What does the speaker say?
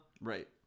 Right